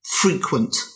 frequent